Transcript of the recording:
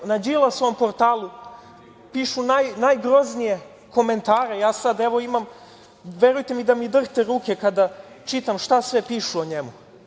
Na Đilasovom portalu pišu najgroznije komentare, ja sada, evo imam, verujte da mi da drhte ruke kada čitam šta sve pišu o njemu.